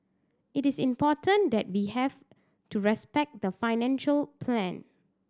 it is important that we have to respect the financial plan